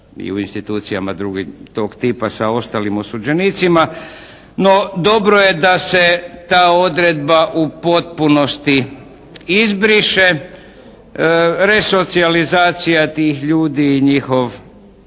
i u institucijama tog tipa sa ostalim osuđenicima. No dobro je da se ta odredba u potpunosti izbriše. Resocijalizacija tih ljudi i njihovo